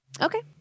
Okay